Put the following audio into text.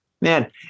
Man